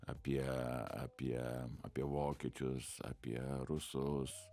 apie apie apie vokiečius apie rusus